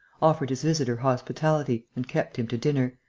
offered his visitor hospitality and kept him to dinner.